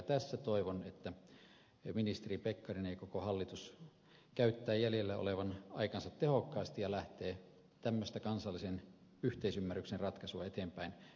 tässä toivon että ministeri pekkarinen ja koko hallitus käyttävät jäljellä olevan aikansa tehokkaasti ja lähtevät tämmöistä kansallisen yhteisymmärryksen ratkaisua eteenpäin viemään